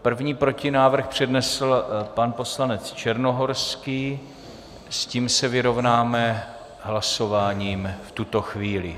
První protinávrh přednesl pan poslanec Černohorský, s tím se vyrovnáme hlasováním v tuto chvíli.